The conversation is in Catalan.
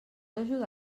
ajudar